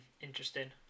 interesting